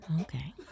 Okay